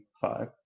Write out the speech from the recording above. five